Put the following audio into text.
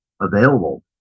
available